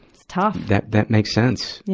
it's tough. that, that makes sense.